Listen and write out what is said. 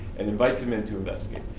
and invites him into investigate.